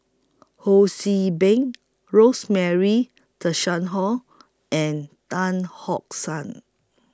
Ho See Beng Rosemary Tessensohn and Tan Hock San